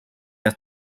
have